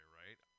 right